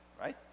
right